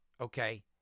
okay